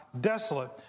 desolate